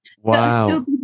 Wow